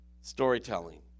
Storytelling